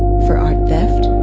for art theft,